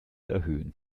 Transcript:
erhöhen